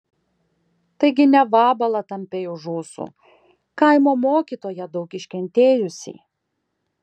taigi ne vabalą tampei už ūsų kaimo mokytoją daug iškentėjusį